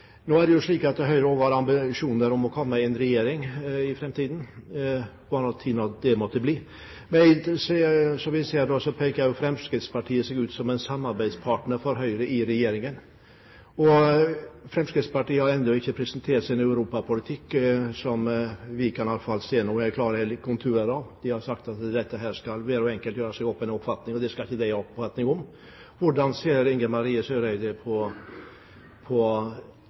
Nå er det jo slik at Høyre har ambisjoner om å komme i en regjering i framtiden – når nå det måtte bli! Vi ser at Fremskrittspartiet peker seg ut som en samarbeidspartner for Høyre i en regjering. Fremskrittspartiet har ennå ikke presentert sin Europa-politikk. Vi kan iallfall ikke se noen klare konturer av den. De har sagt at dette skal hver enkelt gjøre seg opp en oppfatning om, det skal ikke de ha noen oppfatning om. Hvordan ser Ine Marie Eriksen Søreide på